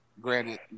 Granted